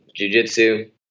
jujitsu